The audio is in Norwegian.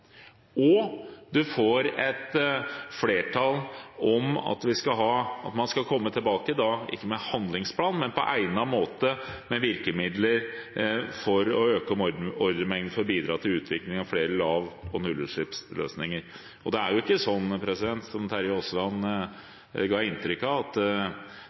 og man får et flertall for at man skal komme tilbake – ikke med handlingsplan, men på egnet måte med virkemidler for å øke ordremengden for å bidra til utvikling av flere lav- og nullutslippsløsninger. Det er ikke sånn, som Terje Aasland ga inntrykk av, at